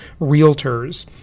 realtors